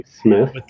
Smith